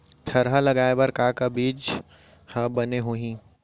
थरहा लगाए बर का बीज हा बने होही?